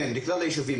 כן, לכלל הישובים.